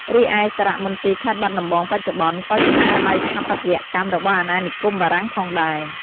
រីឯសារមន្ទីរខេត្តបាត់ដំបងបច្ចុប្បន្ន ក៏ជាស្នាដៃស្ថាបត្យកម្មរបស់អាណានិគមបារាំងផងដែរ។